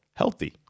healthy